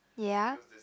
ya